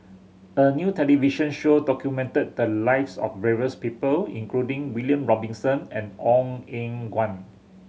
a new television show documented the lives of various people including William Robinson and Ong Eng Guan